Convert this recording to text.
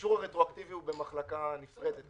האישור הרטרואקטיבי הוא במחלקה נפרדת.